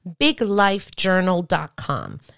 BigLifeJournal.com